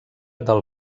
del